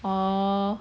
oh